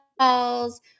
calls